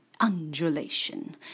undulation